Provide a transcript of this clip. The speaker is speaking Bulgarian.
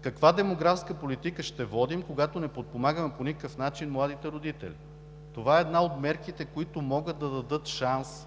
Каква демографска политика ще водим, когато не подпомагаме по никакъв начин младите родители? Това е една от мерките, които могат да дадат шанс